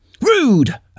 Rude